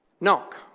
Knock